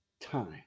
time